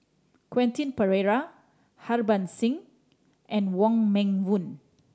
Quentin Pereira Harbans Singh and Wong Meng Voon